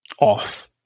off